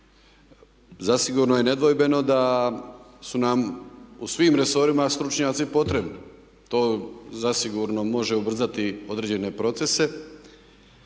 Zasigurno je nedvojbeno da su nam u svim resorima stručnjaci potrebni, to zasigurno može ubrzati određene procese.